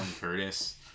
Curtis